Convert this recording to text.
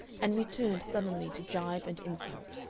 and returned suddenly to gibe and insult.